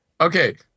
Okay